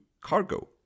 cargo